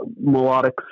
melodic